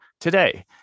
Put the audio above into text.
today